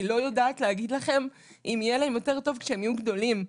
אני לא יודעת להגיד לכם אם יהיה להם יותר טוב כשהם יהיו גדולים.